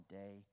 day